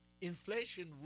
Inflation